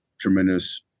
tremendous